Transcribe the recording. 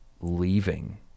leaving